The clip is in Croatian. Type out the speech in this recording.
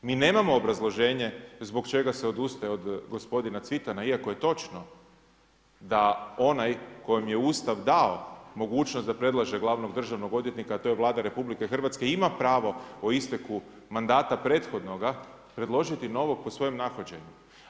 Mi nemamo obrazloženje, zbog čega se odustaje od gospodina Cvitana, iako je točno, da onaj kojemu je Ustav dao mogućnost da predlaže glavnog državnog odvjetnika, a to je Vlada Republike Hrvatske ima pravo po isteku mandat prethodnoga, predložiti novog po svojem nahođenju.